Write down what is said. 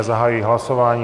Zahajuji hlasování.